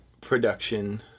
production